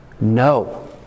no